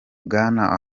bwana